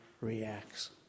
reacts